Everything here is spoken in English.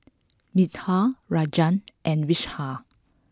Medha Rajan and Vishal